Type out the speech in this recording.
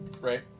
right